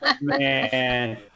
man